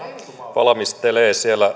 valmistelee siellä